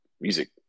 music